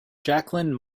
jacqueline